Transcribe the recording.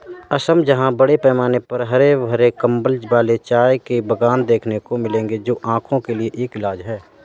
असम जहां बड़े पैमाने पर हरे भरे कंबल वाले चाय के बागान देखने को मिलेंगे जो आंखों के लिए एक इलाज है